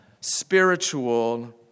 spiritual